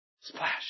Splash